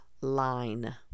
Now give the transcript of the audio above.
line